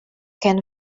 can